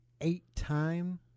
eight-time